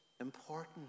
important